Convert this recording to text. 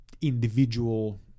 individual